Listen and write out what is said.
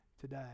today